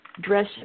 Dress